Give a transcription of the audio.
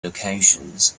locations